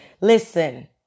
Listen